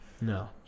No